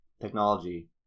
technology